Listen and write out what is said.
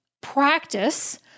Practice